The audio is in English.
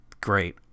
great